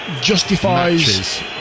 Justifies